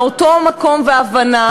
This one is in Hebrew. מאותו מקום והבנה